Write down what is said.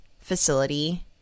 facility